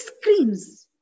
screams